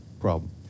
problem